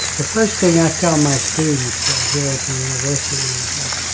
the first thing i tell my students here at the university is